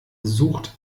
sucht